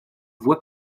voie